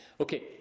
Okay